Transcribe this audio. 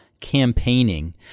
campaigning